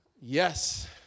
Yes